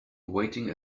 waiting